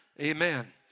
Amen